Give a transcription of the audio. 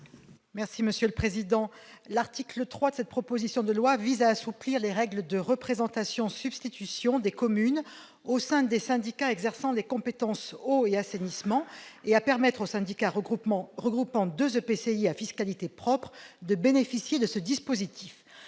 Estrosi Sassone. L'article 3 de cette proposition de loi vise à assouplir les règles de représentation-substitution des communes au sein des syndicats exerçant les compétences « eau » et « assainissement » et à permettre aux syndicats regroupant deux EPCI à fiscalité propre de bénéficier de ce dispositif.